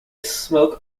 smoke